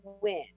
win